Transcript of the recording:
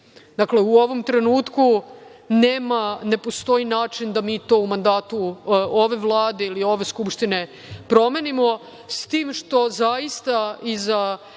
u ovom trenutku ne postoji način da mi to u mandatu ove Vlade ili ove Skupštine promenimo, s tim što zaista i za